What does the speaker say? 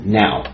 now